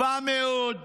טובה מאוד.